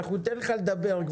ניתן לך לדבר.